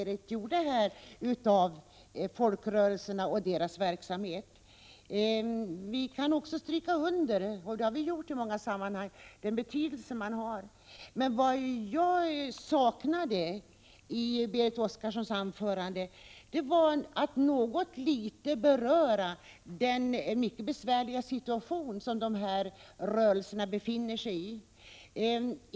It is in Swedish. Fru talman! Vi kan instämma i Berit Oscarssons vackra beskrivning av folkrörelserna och deras verksamhet. Vi har också i många sammanhang understrukit deras stora betydelse. Vad jag saknade i Berit Oskarssons anförande var något litet omnämnande av den besvärliga situation som folkrörelserna befinner sig i.